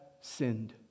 sinned